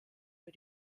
für